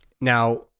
now